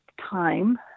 time